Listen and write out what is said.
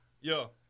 Yo